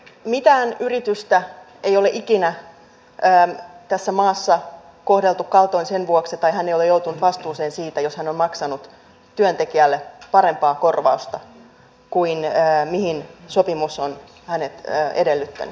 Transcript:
mitään yritystä ei ole ikinä tässä maassa kohdeltu kaltoin sen vuoksi tai yrittäjä ei ole joutunut vastuuseen siitä jos hän on maksanut työntekijälle parempaa korvausta kuin mihin sopimus on hänet edellyttänyt